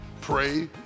pray